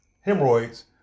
hemorrhoids